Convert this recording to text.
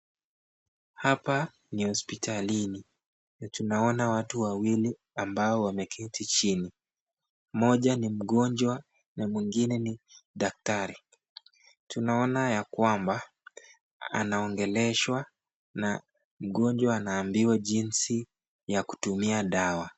Hapa ni hospitalini na tunaona watu wawili ambao wameketi chini. Mmoja ni mgonjwa na mwingine ni daktari. Tunaona ya kwamba anaogeleshwa na mgonjwa anaambiwa jinsi ya kutumia dawa.